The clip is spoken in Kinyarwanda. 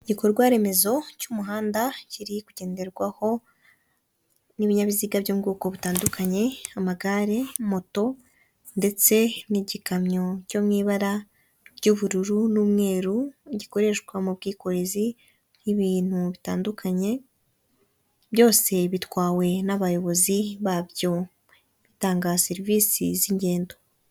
Igikorwa remezo cy'umuhanda kiri kugenderwaho n'ibinyabiziga byo mu bwoko butandukanye amagare, moto, ndetse n'igikamyo cyo mw’ibara ry'ubururu n'umweru, gikoreshwa mu bwikorezi bw'ibintu bitandukanye. Byose bitwawe n'abayobozi babyo, bitanga serivisi z'ingendo.